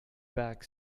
back